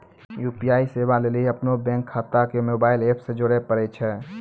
UPI सेबा लेली अपनो बैंक खाता के मोबाइल एप से जोड़े परै छै